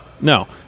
No